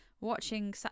watching